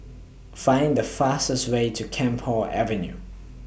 Find The fastest Way to Camphor Avenue